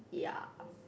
ya